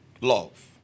love